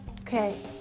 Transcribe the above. Okay